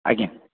ଆଜ୍ଞା